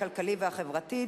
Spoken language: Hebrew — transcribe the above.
הכלכלי והחברתי,